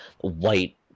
white